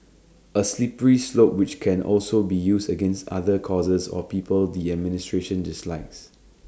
A slippery slope which can also be used against other causes or people the administration dislikes